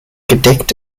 gedeckt